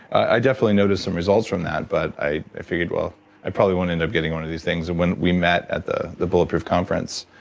i definitely noticed some results from that, but i figured i probably won't end up getting one of these things and when we met at the the bulletproof conference,